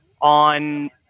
on